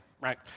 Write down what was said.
right